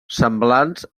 semblants